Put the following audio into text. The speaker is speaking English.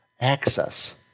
access